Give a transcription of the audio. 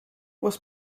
was